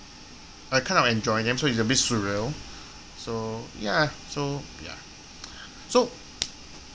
I kind of enjoy them so it's a bit surreal so yeah so ya so